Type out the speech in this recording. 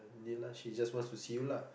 Dilah she just wants to see you lah